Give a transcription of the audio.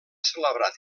celebrat